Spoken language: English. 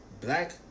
black